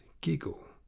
giggle